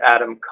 Adam